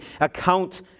account